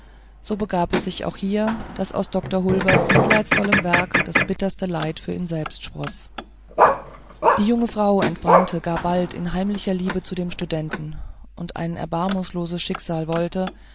so begab es sich auch hier daß aus dr hulberts mitleidsvollem werk das bitterste leid für ihn selbst sproß die junge frau entbrannte gar bald in heimlicher liebe zu dem studenten und ein erbarmungsloses schicksal wollte